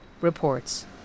reports